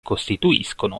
costituiscono